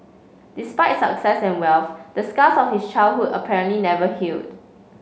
despite success and wealth the scars of his childhood apparently never healed